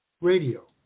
Radio